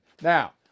Now